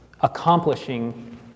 accomplishing